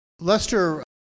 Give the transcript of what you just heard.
Lester